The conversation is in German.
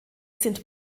sind